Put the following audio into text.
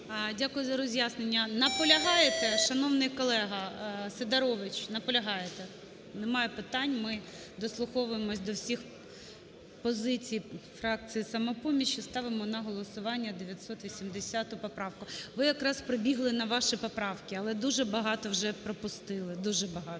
Дякую за роз'яснення. Наполягаєте, шановний колего, Сидорович? Наполягаєте? Немає питань, ми дослуховуємось до всіх позицій фракції "Самопоміч" і ставимо на голосування 980 поправку. Ви якраз прибігли на ваші поправки, але дуже багато вже пропустили, дуже багато.